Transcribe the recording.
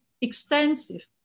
extensive